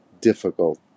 difficult